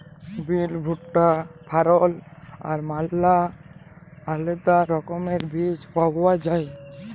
বিল, ভুট্টা, ফারল আর ম্যালা আলেদা রকমের বীজ পাউয়া যায়